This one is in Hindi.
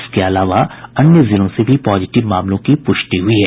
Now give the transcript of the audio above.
इसके अलावा अन्य जिलों से भी पॉजिटिव मामलों की पुष्टि हुई है